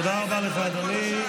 תודה רבה לך, אדוני.